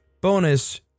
Bonus